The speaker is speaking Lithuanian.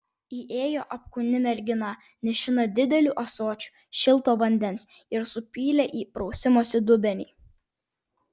įėjo apkūni mergina nešina dideliu ąsočiu šilto vandens ir supylė į prausimosi dubenį